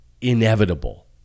inevitable